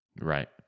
Right